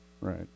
Right